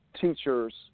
teachers